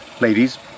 ladies